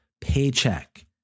paycheck